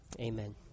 Amen